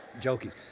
Joking